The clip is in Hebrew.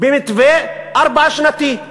במתווה ארבע-שנתי.